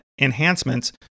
enhancements